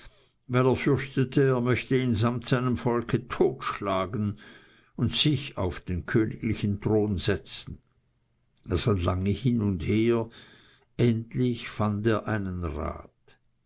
er fürchtete er möchte ihn samt seinem volke totschlagen und sich auf den königlichen thron setzen er sann lange hin und her endlich fand er einen rat